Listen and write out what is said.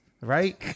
right